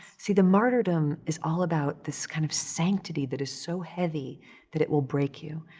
see, the martyrdom is all about this kind of sanctity that is so heavy that it will break you.